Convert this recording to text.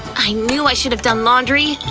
i knew i should've done laundry.